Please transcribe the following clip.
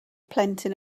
plentyn